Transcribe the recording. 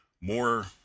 more